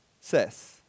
says